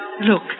Look